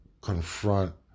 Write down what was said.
confront